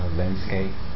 landscape